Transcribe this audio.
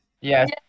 Yes